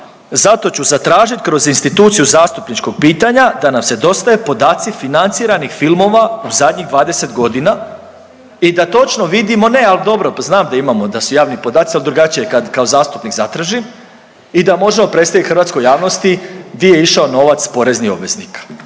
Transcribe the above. zato ću zatražit kroz instituciju zastupničkog pitanja, da nam se dostave podaci financiranih filmova u zadnjih 20 godina i da točno vidimo. Ne al dobro, znam da imamo, da su javni podaci ali drugačije je kad kao zastupnik zatražim i da možemo predstaviti hrvatskoj javnosti di je išao novac poreznih obveznika.